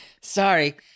Sorry